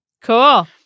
Cool